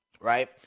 right